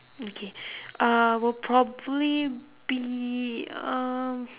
okay uh we'll probably be um